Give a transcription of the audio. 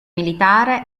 militare